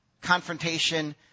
confrontation